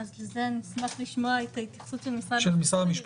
לזה אשמח לשמוע את ההתייחסות משרד המשפטים.